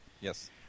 Yes